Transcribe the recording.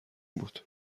بود